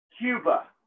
Cuba